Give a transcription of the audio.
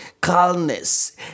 calmness